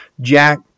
Jack